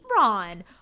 Ron